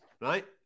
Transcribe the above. right